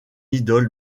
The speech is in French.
idole